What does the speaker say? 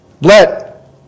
let